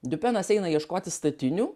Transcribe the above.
dupenas eina ieškoti statinių